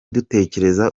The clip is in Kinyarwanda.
dutekereza